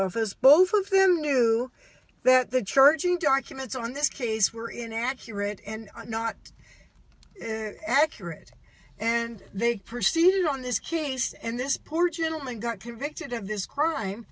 office both of them knew that the church documents on this case were inaccurate and not accurate and they proceeded on this case and this poor gentleman got convicted of this crime